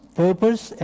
purpose